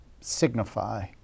signify